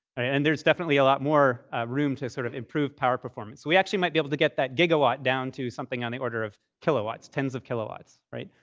and there's definitely a lot more room to sort of improve power performance. we actually might be able to get that gigawatt down to something on the order of kilowatts, tens of kilowatts, right?